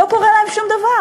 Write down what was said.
לא קורה להם דבר?